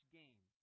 game